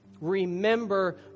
Remember